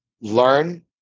learn